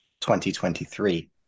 2023